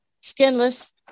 skinless